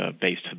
based